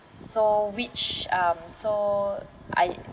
so which um so I